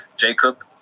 Jacob